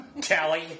tally